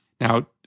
Now